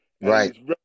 Right